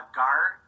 guard